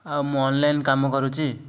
ଆଉ ମୁଁ ଅନଲାଇନ୍ କାମ କରୁଛି